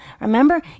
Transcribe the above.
Remember